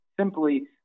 simply